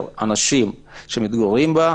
אנשים שמתגוררים בה,